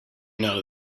know